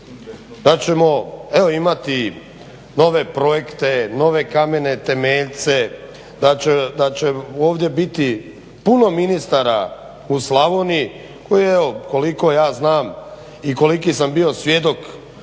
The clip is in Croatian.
da ćemo evo imati nove projekte, nove kamene temeljce, da će ovdje biti puno ministara u Slavoniji koji evo koliko ja znam i koliki sam bio svjedok